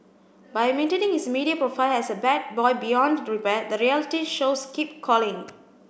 by maintaining his media profile as a bad boy beyond repair the reality shows keep calling